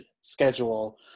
schedule